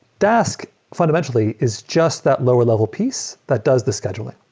dask fundamentally is just that lower level piece that does the scheduling.